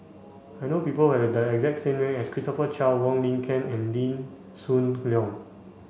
I know people have the exact name as Christopher Chia Wong Lin Ken and Lee Hoon Leong